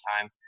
time